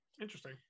Interesting